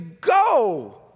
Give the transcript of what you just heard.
Go